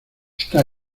está